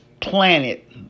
planet